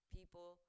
People